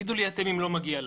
תגידו לי אתם אם לא מגיע לה.